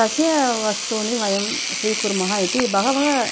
तस्य वस्तूनि वयं स्वीकुर्मः इति बहवः